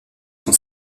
sont